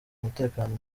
umutekano